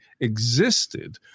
existed